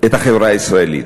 את החברה הישראלית.